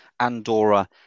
Andorra